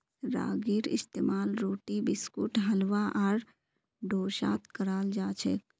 रागीर इस्तेमाल रोटी बिस्कुट हलवा आर डोसात कराल जाछेक